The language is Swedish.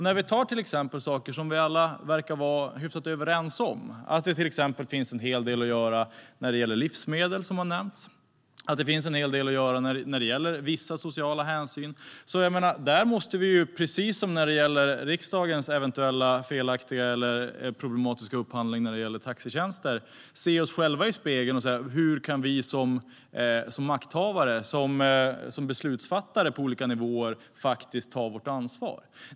När det gäller saker som vi alla verkar vara hyfsat överens om, till exempel att det finns en hel del att göra kring livsmedel, såsom har nämnts, och kring vissa sociala hänsyn måste vi, precis som när det gäller riksdagens eventuella felaktiga eller problematiska upphandling av taxitjänster, se oss själva i spegeln och säga: Hur kan vi som makthavare och beslutsfattare på olika nivåer ta vårt ansvar?